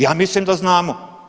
Ja mislim da znamo.